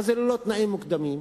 מה זה ללא תנאים מוקדמים?